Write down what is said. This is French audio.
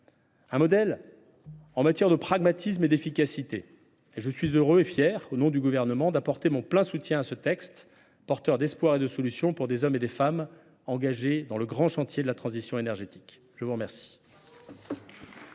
démarche transpartisane, de pragmatisme et d’efficacité. Je suis heureux et fier, au nom du Gouvernement, d’apporter mon plein soutien à ce texte porteur d’espoirs et de solutions pour ces hommes et ces femmes engagés dans le grand chantier de la transition énergétique. Bravo ! La parole